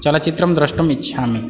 चलचित्रं द्रष्टुम् इच्छामि